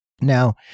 Now